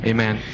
Amen